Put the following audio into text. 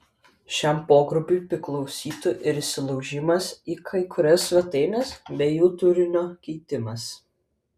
šiam pogrupiui priklausytų ir įsilaužimas į kai kurias svetaines bei jų turinio keitimas